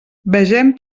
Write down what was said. vegem